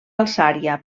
alçària